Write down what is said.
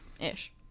ish